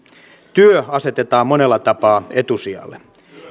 työ asetetaan monella tapaa etusijalle